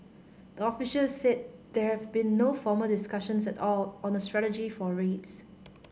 the officials said there have been no formal discussions at all on a strategy for rates